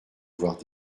voir